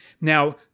Now